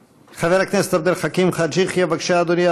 חבר הכנסת עבד אל חכים חאג' יחיא, בבקשה, אדוני.